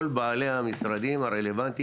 כל בעלי המשרדים הרלבנטיים,